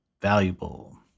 valuable